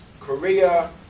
Korea